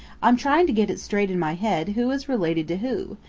i'm trying to get it straight in my head who is related to who,